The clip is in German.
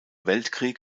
weltkrieg